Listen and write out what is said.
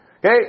Okay